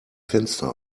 fenster